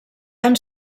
han